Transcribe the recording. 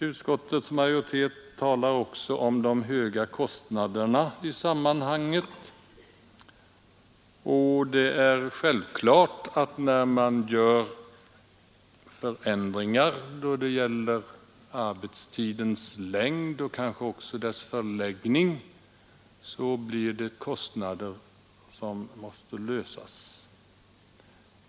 Utskottets majoritet talar också om de höga kostnaderna, och det är självklart att när man gör förändringar då det gäller arbetstidens längd och kanske även dess förläggning så blir det kostnadsproblem som måste lösas.